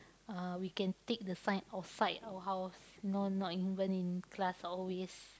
uh we can take the science outside our house you know not even in class always